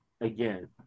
Again